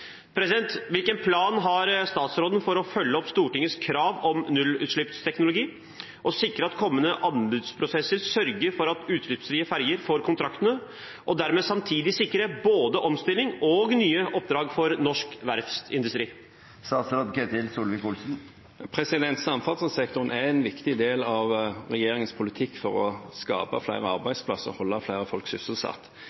Hvilken plan har statsråden for å følge opp Stortingets krav om nullutslippsteknologi og sikre at kommende anbudsprosesser sørger for at utslippsfrie ferger får kontraktene, og dermed samtidig sikre både omstilling og nye oppdrag for norsk verftsindustri? Samferdselssektoren er en viktig del av regjeringens politikk for å skape flere